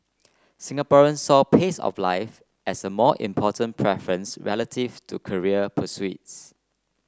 Singaporeans saw pace of life as a more important preference relative to career pursuits